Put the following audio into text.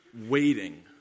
waiting